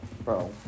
bro